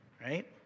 right